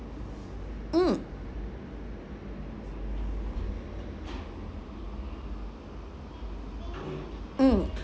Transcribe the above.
mm mm